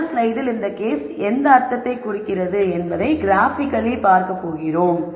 அடுத்த ஸ்லைடில் இந்த கேஸ் எந்த அர்த்தத்தை குறிக்கிறது என்பதை க்ராபிக்கலி பார்க்கப் போகிறோம்